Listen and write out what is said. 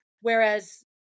Whereas